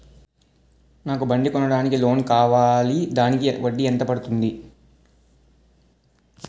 నాకు బండి కొనడానికి లోన్ కావాలిదానికి వడ్డీ ఎంత పడుతుంది?